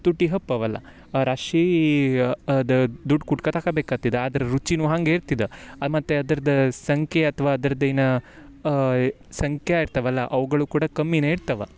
ತುಟಿ ಹಪ್ ಅವೆಲ್ಲ ರಾಶಿ ಅದ ದುಡ್ಡು ಕುಟ್ಕ ತಕಬೇಕಾತಿದು ಅದ್ರ ರುಚಿನು ಹಾಗೆ ಇರ್ತಿದೊ ಮತ್ತು ಅದ್ರದ ಸಂಖ್ಯೆ ಅಥ್ವಾ ಅದ್ರದ್ದೇನು ಸಂಖ್ಯೆ ಇರ್ತಾವಲ್ಲ ಅವ್ಗಳು ಕೂಡ ಕಮ್ಮಿನೆ ಇರ್ತವ